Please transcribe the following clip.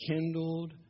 kindled